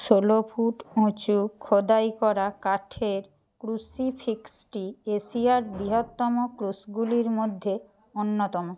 ষোলো ফুট উঁচু খোদাই করা কাঠের ক্রুসিফিক্সটি এশিয়ার বৃহত্তম ক্রুশগুলির মধ্যে অন্যতম